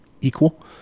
equal